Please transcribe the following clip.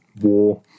War